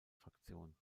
fraktion